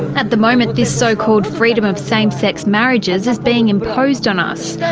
at the moment this so-called freedom of same-sex marriages is being imposed on us.